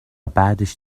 بعدش